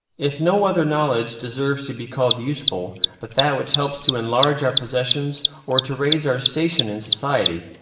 if no other knowledge deserves to be called useful but that which helps to enlarge our possessions or to raise our station in society,